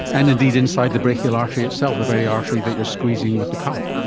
and indeed inside the brachial artery itself, the very artery that you're squeezing with the cuff.